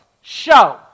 show